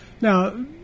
Now